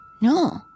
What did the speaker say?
No